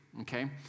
okay